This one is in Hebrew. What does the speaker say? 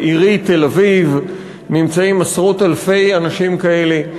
בעירי תל-אביב נמצאים עשרות אלפי אנשים כאלה.